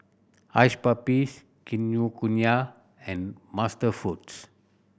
Hush Puppies Kinokuniya and MasterFoods